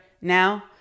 Now